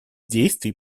действий